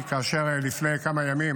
כאשר לפני כמה ימים